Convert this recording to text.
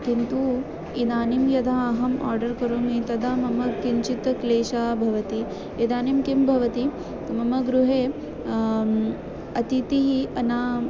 किन्तु इदानीं यदा अहम् आर्डर् करोमि तदा मम किञ्चित् क्लेशः भवति इदानीं किं भवति मम गृहे अतिथिः अना